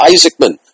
Isaacman